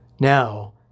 Now